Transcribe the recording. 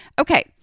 Okay